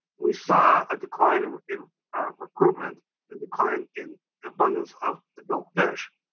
we saw a decline in recruitment and decline in abundance of adult fish.